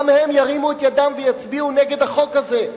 גם הם ירימו ידם ויצביעו נגד החוק הזה,